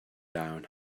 down